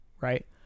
right